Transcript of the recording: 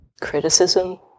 criticism